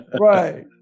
right